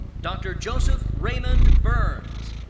dr. joseph raymond burns.